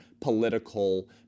political